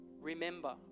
Remember